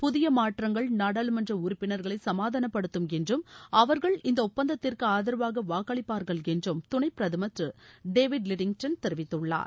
புதிய மாற்றங்கள் நாடாளுமன்ற உறப்பினர்களை சமாதானப்படுத்தம் என்றம் அவர்கள் இந்த ஒப்பந்தத்திற்கு ஆதரவாக வாக்களிப்பார்கள் என்றும் துணைப் பிரதமர் திரு டேவிட் லிட்னிங்டன் தெரிவித்துள்ளார்